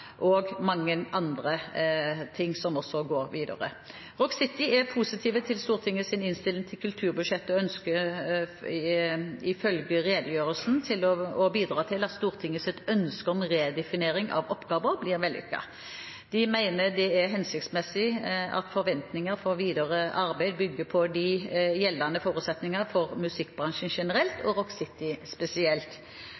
og mange andre ting som også går videre. Rock City er positiv til Stortingets innstilling til kulturbudsjettet og ønsker ifølge redegjørelsen å bidra til at Stortingets ønske om redefinering av oppgaver blir vellykket. De mener det er hensiktsmessig at forventninger for videre arbeid bygger på de gjeldende forutsetningene for musikkbransjen generelt